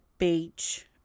beach